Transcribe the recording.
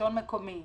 שלטון מקומי,